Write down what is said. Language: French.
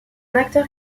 acteur